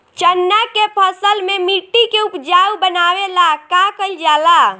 चन्ना के फसल में मिट्टी के उपजाऊ बनावे ला का कइल जाला?